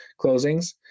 closings